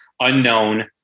unknown